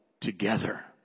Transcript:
together